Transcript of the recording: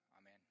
Amen